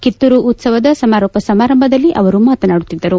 ಕಿತ್ತೂರು ಉತ್ಸವದ ಸಮಾರೋಪ ಸಮಾರಂಭದಲ್ಲಿ ಅವರು ಮಾತನಾಡುತ್ತಿದ್ದರು